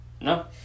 no